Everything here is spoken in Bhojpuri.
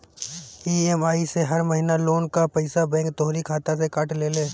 इ.एम.आई से हर महिना लोन कअ पईसा बैंक तोहरी खाता से काट लेले